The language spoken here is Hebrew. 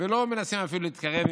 ולא מנסים אפילו להתקרב.